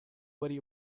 worry